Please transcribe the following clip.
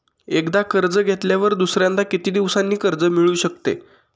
एकदा कर्ज घेतल्यावर दुसऱ्यांदा किती दिवसांनी कर्ज मिळू शकते?